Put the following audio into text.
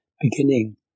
Beginning